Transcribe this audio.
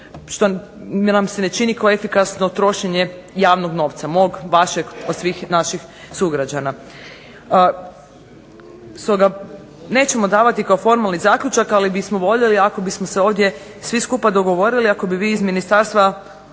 što nam se ne čini kao efikasno trošenje javnog novca, mog, vašeg, od svih naših sugrađana. Stoga nećemo davati kao formalni zaključak ali bismo voljeli ako bismo se ovdje svi skupa dogovorili ako bi vi iz ministarstva